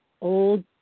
old